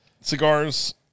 cigars